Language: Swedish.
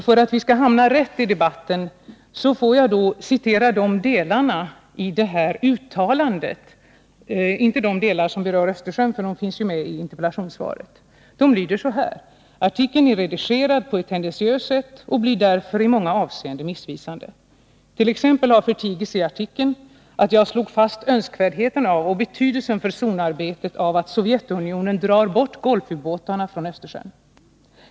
För att vi skall hamna rätt i debatten vill jag citera några delar i det här uttalandet — inte de delar som berör Östersjön, ty de finns ju med i interpellationssvaret. Dessa delar lyder så här: ”Artikeln är redigerad på ett tendentiöst sätt och blir därför i många avseenden missvisande. T. ex. har förtigits i artikeln att jag slog fast önskvärdheten av och betydelsen för zonarbetet av att Sovjetunionen drar bort Golfubåtarna 21 från Östersjön.